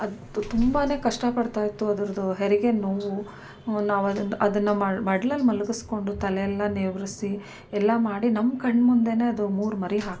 ಅದು ತುಂಬ ಕಷ್ಟಪಡ್ತಾಯಿತ್ತು ಅದರದ್ದು ಹೆರಿಗೆ ನೋವು ನಾವು ಅದು ಅದನ್ನು ಮಾಡಿ ಮಡ್ಲಲ್ಲಿ ಮಲಗಿಸ್ಕೊಂಡು ತಲೆ ಎಲ್ಲ ನೇವರಿಸಿ ಎಲ್ಲ ಮಾಡಿ ನಮ್ಮ ಕಣ್ಮುಂದೆಯೇ ಅದು ಮೂರು ಮರಿ ಹಾಕಿತು